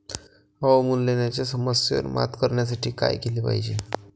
अवमूल्यनाच्या समस्येवर मात करण्यासाठी काय केले पाहिजे?